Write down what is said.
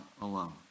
alone